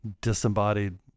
disembodied